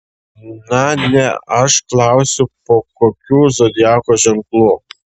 na ne aš klausiu po kokiu zodiako ženklu